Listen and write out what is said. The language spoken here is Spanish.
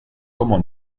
como